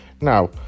Now